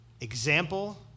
example